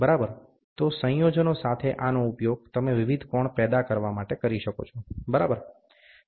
બરાબર તો સંયોજનો સાથે આનો ઉપયોગ તમે વિવિધ કોણ પેદા કરવા માટે કરી શકો છો બરાબર